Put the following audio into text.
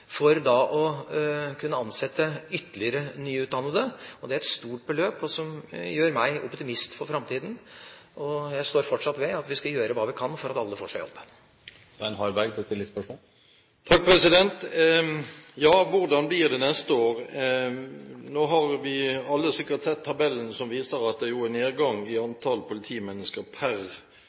for å kunne ansette ytterligere nyutdannede. Det er et stort beløp, som gjør meg optimistisk for framtida. Jeg står fortsatt ved at vi skal gjøre hva vi kan for at alle skal få seg jobb. Ja, hvordan blir det neste år? Vi har sikkert alle sett tabellen som viser at det er nedgang i antall politimennesker per